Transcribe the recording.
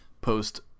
post